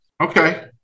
Okay